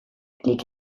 klik